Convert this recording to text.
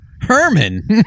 Herman